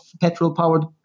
petrol-powered